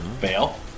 Fail